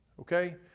Okay